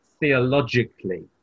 theologically